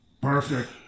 Perfect